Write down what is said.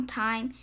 time